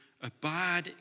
Abide